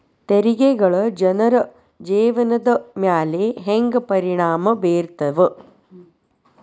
ತೆರಿಗೆಗಳ ಜನರ ಜೇವನದ ಮ್ಯಾಲೆ ಹೆಂಗ ಪರಿಣಾಮ ಬೇರ್ತವ